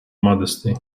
modesty